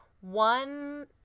One